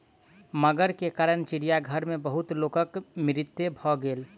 मगर के कारण चिड़ियाघर में बहुत लोकक मृत्यु भ गेल